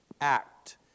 act